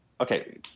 Okay